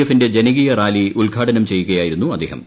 എഫിന്റെ ജനകീയ റാലി ഉദ്ഘാടനം ചെയ്യുകയായിരുന്നു അദ്ദേഹം